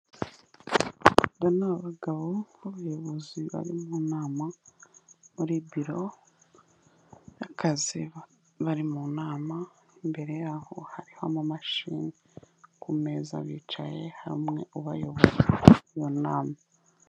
Aba ni abagabo b'abayobozi bari mu nama muri biro y'akazi, bari mu nama imbere yaho hariho amamashine ku meza, bicaye hamwe bayobora iyo nama.